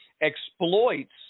exploits